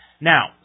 Now